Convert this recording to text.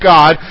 God